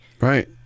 Right